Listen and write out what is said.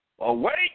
Awake